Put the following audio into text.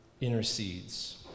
intercedes